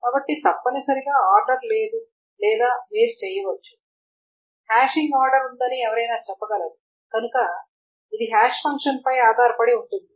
కాబట్టి తప్పనిసరిగా ఆర్డర్ లేదు లేదా మీరు చేయవచ్చు హ్యాషింగ్ ఆర్డర్ ఉందని ఎవరైనా చెప్పగలరు కనుక ఇది హాష్ ఫంక్షన్పై ఆధారపడి ఉంటుంది